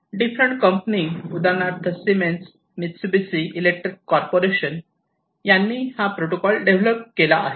different company उदाहरणार्थ Siemens Mitsubishi electric corporation यांनी protocol develop केले आहे